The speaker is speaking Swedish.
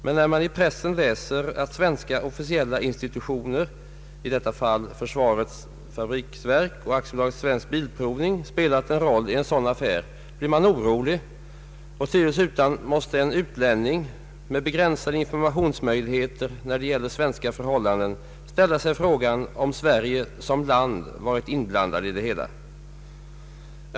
Men när man i pressen läser att svenska officiella institutioner — i detta fall försvarets fabriksverk och AB Svensk bilprovning — spelat en roll i en sådan affär blir man orolig. Tvivelsutan måste en utlänning med begränsade informationsmöjligheter när det gäller svenska förhållanden ställa sig frågan, om Sverige som land varit inblandat i det hela.